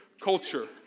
culture